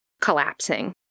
collapsing